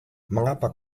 mengapa